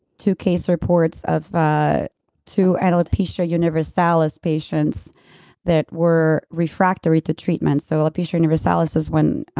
two case reports of ah two and alopecia-universalis patients that were refractory to treatments, so alopecia-universalis is when.